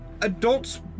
adults